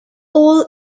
all